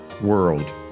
world